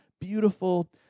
beautiful